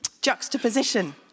juxtaposition